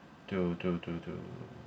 to to to to